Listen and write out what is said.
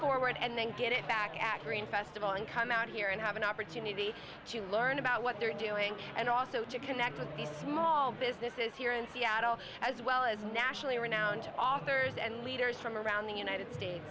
forward and then get it back in akron festival and come out here and have an opportunity to learn about what they're doing and also to connect with these small businesses here in seattle as well as nationally renowned authors and leaders from around the united states